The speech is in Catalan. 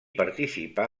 participà